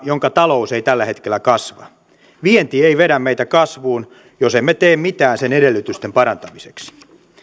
jonka talous ei tällä hetkellä kasva vienti ei vedä meitä kasvuun jos emme tee mitään sen edellytysten parantamiseksi